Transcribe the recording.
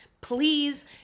Please